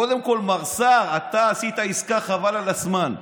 קודם כול, מר סער, אתה עשית עסקה, חבל על הזמן.